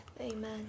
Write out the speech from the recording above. amen